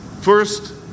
First